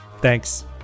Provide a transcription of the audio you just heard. Thanks